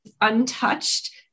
untouched